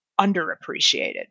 underappreciated